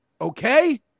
Okay